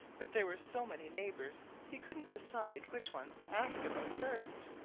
but there were so many neighbors he couldn't decide which one to ask about first.